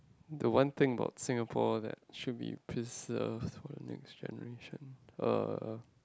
the one thing about Singapore that should be preserved for the next generation uh